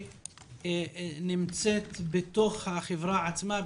שחברת המתנ"סים נמצאת בתוך החברה עצמה,